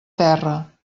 terra